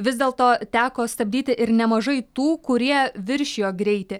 vis dėlto teko stabdyti ir nemažai tų kurie viršijo greitį